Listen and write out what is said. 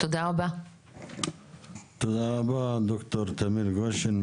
תודה רבה דוקטור תמיר גשן,